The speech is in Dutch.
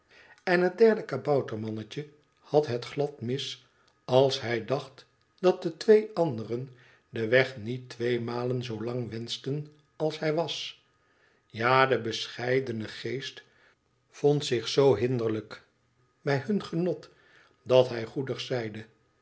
en het derde kaboutermannetje had het glad mis als hij dacht dat de twee anderen den weg niet tweemalen zoo lang wenschten als hij was ja de bescheidene geest vond zich zoo hinderlijk bij hun genot dat hij goedig zeide